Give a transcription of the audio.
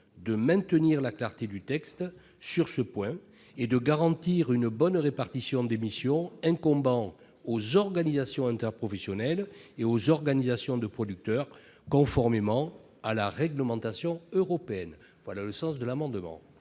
de maintenir la clarté du texte sur ce point et de garantir une bonne répartition des missions incombant aux organisations interprofessionnelles et aux organisations de producteurs, conformément à la réglementation européenne. L'amendement